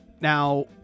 Now